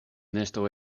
nesto